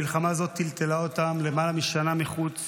מדובר באלפי משפחות שהמלחמה הזאת טלטלה אותן למעלה משנה מחוץ